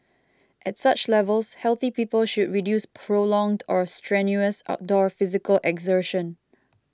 at such levels healthy people should reduce prolonged or strenuous outdoor physical exertion